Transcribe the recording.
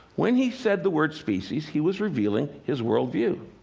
when he said the word species, he was revealing his worldview.